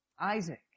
Isaac